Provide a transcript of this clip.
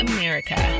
America